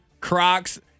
Crocs